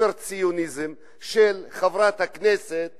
סופר-ציוניזם של חברת הכנסת